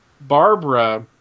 Barbara